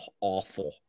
awful